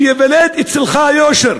ייוולד אצלך היושר,